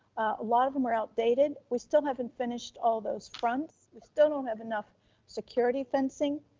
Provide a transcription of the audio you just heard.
a lot of them are outdated. we still haven't finished all those fronts, we still don't have enough security fencing.